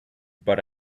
but